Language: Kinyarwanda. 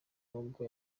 nubwo